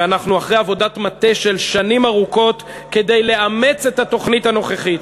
ואנחנו אחרי עבודת מטה של שנים ארוכות כדי לאמץ את התוכנית הנוכחית,